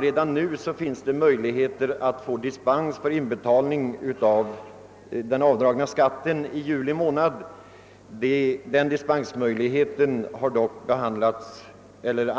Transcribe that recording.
Redan nu finns möjlighet att få dispens för inbetalning av den avdragna skatt som skall inlevereras i juli månad. Den dispensmöjligheten har dock